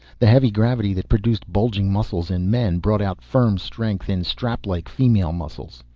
the heavy gravity that produced bulging muscles in men, brought out firm strength in straplike female muscles.